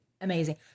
amazing